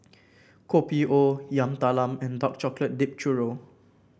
Kopi O Yam Talam and Dark Chocolate Dipped Churro